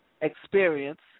experience